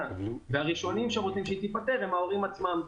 והראשונים שרוצים שזה ייפתר הם ההורים עצמם.